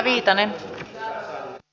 arvoisa puhemies